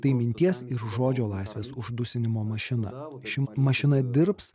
tai minties ir žodžio laisvės uždusinimo mašina ši mašina dirbs